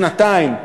שנתיים,